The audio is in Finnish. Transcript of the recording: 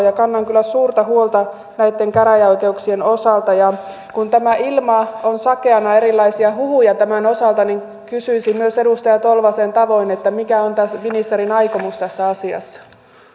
ja kannan kyllä suurta huolta näitten käräjäoikeuksien osalta ja kun tämä ilma on sakeana erilaisia huhuja tämän osalta kysyisin myös edustaja tolvasen tavoin mikä on ministerin aikomus tässä asiassa